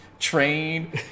train